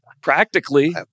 Practically